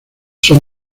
son